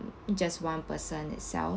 just one person itself